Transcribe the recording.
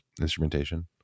instrumentation